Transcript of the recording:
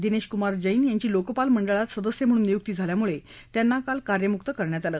दिनेश कुमार जैन यांची लोकपाल मंडळात सदस्य म्हणून नियुक्ती झाल्यामुळे त्यांना काल कार्यमुक्त करण्यात आलं